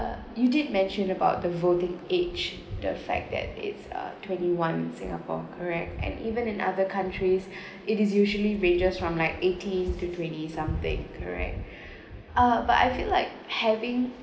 you did mention about the voting age the fact that it's uh twenty one singapore correct and even in other countries it is usually ranges from like eighteen to twenty something correct uh but I feel like having